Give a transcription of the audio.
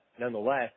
nonetheless